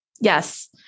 Yes